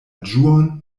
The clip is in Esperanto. ĝuon